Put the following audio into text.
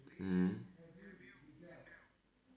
mm